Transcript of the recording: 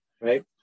right